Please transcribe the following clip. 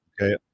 okay